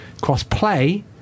Cross-play